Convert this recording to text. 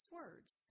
words